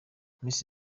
miss